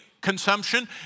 consumption